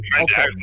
Okay